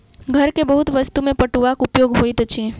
घर के बहुत वस्तु में पटुआक उपयोग होइत अछि